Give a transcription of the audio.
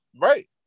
Right